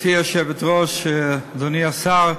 גברתי היושבת-ראש, אדוני השר,